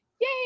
yay